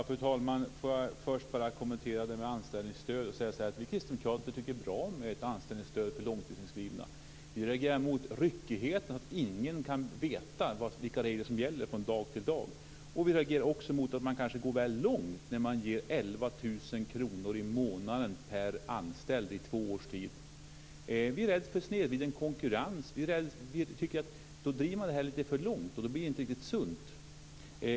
Fru talman! Jag kommenterar först anställningsstödet. Vi kristdemokrater tycker att det är bra med ett anställningsstöd för långtidsinskrivna. Men vi reagerar mot ryckigheten, dvs. att ingen vet vilka regler som gäller från dag till dag. Vi reagerar också mot att man går väl långt när man ger 11 000 kr i månaden per anställd i två års tid. Vi är rädda för snedvriden konkurrens. Vi tycker att det då drivs för långt och att det inte blir riktigt sunt.